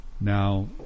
now